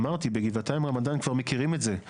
אמרתי, בגבעתיים, רמת גן כבר מכירים את זה.